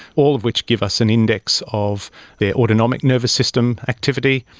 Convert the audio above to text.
all of which give us an index of their autonomic nervous system activity,